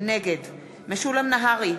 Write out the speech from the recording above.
נגד משולם נהרי,